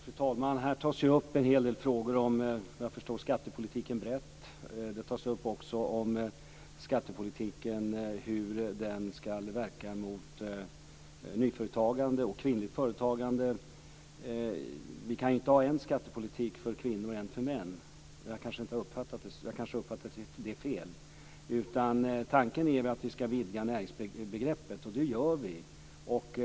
Fru talman! Här är det breda frågor om skattepolitiken men också frågor om hur skattepolitiken ska verka mot nyföretagande och kvinnligt företagande. Vi kan inte ha en skattepolitik för kvinnor och en för män. Men jag kanske har uppfattat Karin Pilsäter fel. Tanken är att vidga näringsbegreppet. Det gör vi.